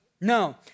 No